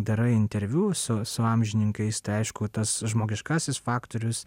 darai interviu su su amžininkais tai aišku tas žmogiškasis faktorius